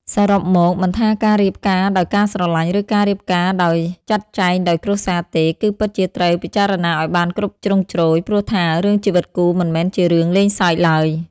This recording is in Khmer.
សរុបមកមិនថាការរៀបការដោយការស្រលាញ់ ឬការរៀបការដោយចាត់ចែងដោយគ្រួសារទេ គឺពិតជាត្រូវពិចារណាឲ្យបានគ្រប់ជ្រុងជ្រោយ ព្រោះថា រឿងជីវិតគូមិនមែនជារឿងលេងសើចឡើយ។